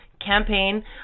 campaign